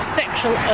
sexual